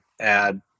add